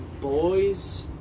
boys